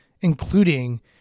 including